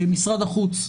משרד החוץ,